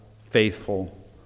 faithful